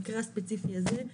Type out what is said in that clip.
במקרה הספציפי הזה,